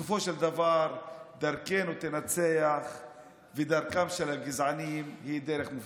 בסופו של דבר דרכנו תנצח ודרכם של הגזענים היא דרך נפסדת.